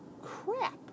crap